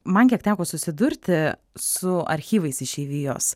man kiek teko susidurti su archyvais išeivijos